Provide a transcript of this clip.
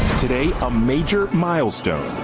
today a major milestone,